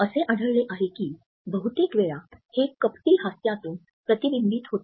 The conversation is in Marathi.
असे आढळले आहे की बहुतेक वेळा हे कपटी हास्यातून प्रतिबिंबित होते